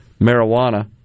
marijuana